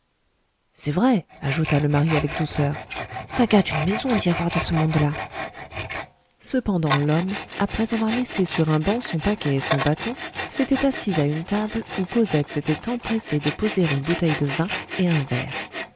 c'est vrai ajouta le mari avec douceur ça gâte une maison d'y avoir de ce monde-là cependant l'homme après avoir laissé sur un banc son paquet et son bâton s'était assis à une table où cosette s'était empressée de poser une bouteille de vin et un verre